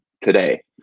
today